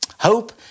Hope